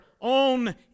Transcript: own